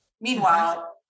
Meanwhile